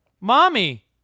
Mommy